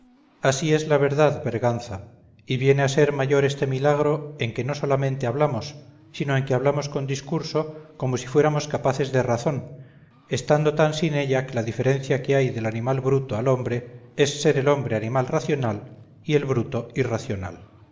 así es la verdad berganza y viene a ser mayor este milagro en que no solamente hablamos sino en que hablamos con discurso como si fuéramos capaces de razón estando tan sin ella que la diferencia que hay del animal bruto al hombre es ser el hombre animal racional y el bruto irracional